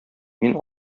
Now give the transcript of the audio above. мин